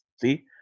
See